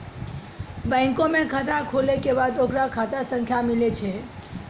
बैंको मे खाता खुलै के बाद ओकरो खाता संख्या मिलै छै